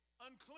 unclean